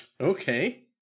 Okay